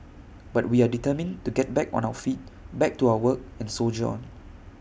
but we are determined to get back on our feet back to our work and soldier on